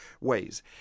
ways